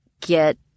get